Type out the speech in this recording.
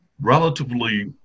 relatively